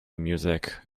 music